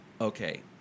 okay